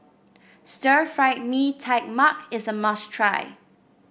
Stir Fried Mee Tai Mak is a must try